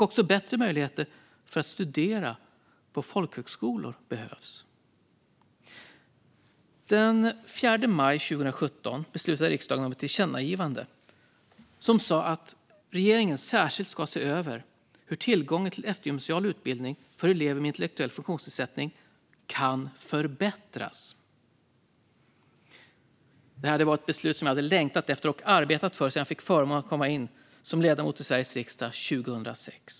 Också bättre möjligheter att studera på folkhögskolor behövs. Den 4 maj 2017 beslutade riksdagen om ett tillkännagivande som sa att regeringen särskilt ska se över hur tillgången till eftergymnasial utbildning för elever med intellektuell funktionsnedsättning kan förbättras. Det var ett beslut jag hade längtat efter och arbetat för sedan jag fick förmånen att komma in som ledamot i Sveriges riksdag 2006.